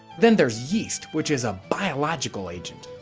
then there's yeast, which is a biological agent.